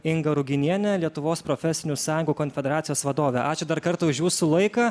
inga ruginienė lietuvos profesinių sąjungų konfederacijos vadovė ačiū dar kartą už jūsų laiką